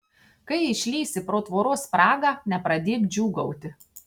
kai išlįsi pro tvoros spragą nepradėk džiūgauti